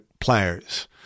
players